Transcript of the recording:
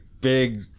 big